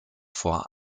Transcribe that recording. vor